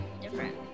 different